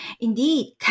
Indeed